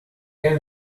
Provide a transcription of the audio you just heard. can